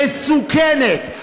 מסוכנת,